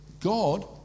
God